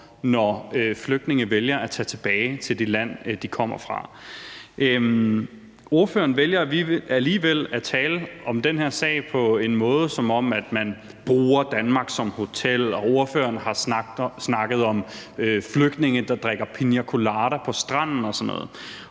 når flygtninge vælger at tage tilbage til det land, de kommer fra. Ordføreren vælger alligevel at tale om den her sag på en måde, hvor det virker, som om man bruger Danmark som hotel, og ordføreren har snakket om flygtninge, der drikker piña colada på stranden og sådan noget.